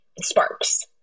sparks